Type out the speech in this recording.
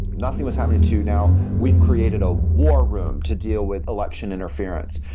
nothing was happening too now. we've created a war room to deal with election interference.